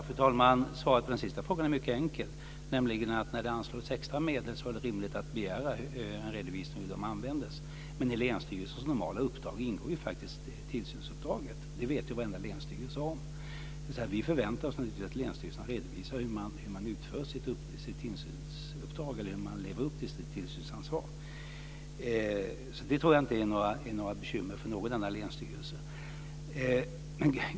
Fru talman! Svaret på den sista frågan är mycket enkelt, nämligen att när det anslogs extra medel var det rimligt att begära en redovisning av hur de användes. I länsstyrelsens normala uppdrag ingår faktiskt tillsynsuppdraget. Det vet varenda länsstyrelse. Vi förväntar oss naturligtvis att länsstyrelserna redovisar hur de lever upp till sitt tillsynsansvar. Det tror jag inte är några bekymmer för någon enda länsstyrelse.